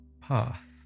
path